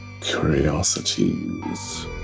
Curiosities